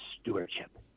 stewardship